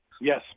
Yes